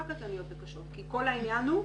רק קטלניות וקשות כי כל העניין הוא,